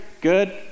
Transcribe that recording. good